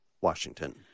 Washington